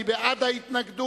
מי בעד ההתנגדות?